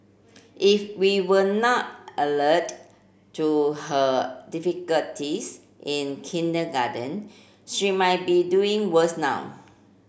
if we were not alert to her difficulties in kindergarten she might be doing worse now